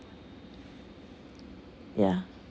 yeah